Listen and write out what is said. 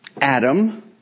Adam